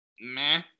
meh